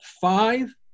five